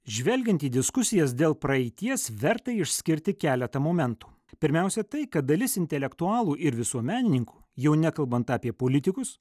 žvelgiant į diskusijas dėl praeities verta išskirti keletą momentų pirmiausia tai kad dalis intelektualų ir visuomenininkų jau nekalbant apie politikus